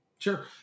Sure